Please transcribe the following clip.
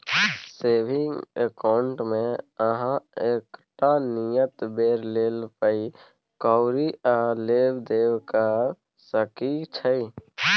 saving अकाउंटमे अहाँ एकटा नियत बेर लेल पाइ कौरी आ लेब देब कअ सकै छी